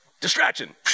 distraction